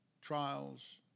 trials